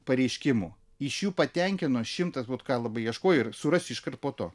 pareiškimų iš jų patenkino šimtą vat ką labai ieškojau ir surasiu iškart po to